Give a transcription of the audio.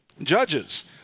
judges